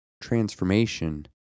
transformation